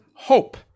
hope